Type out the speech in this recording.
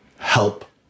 help